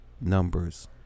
numbers